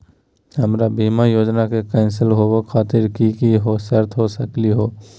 हमर बीमा योजना के कैन्सल होवे खातिर कि कि शर्त हो सकली हो?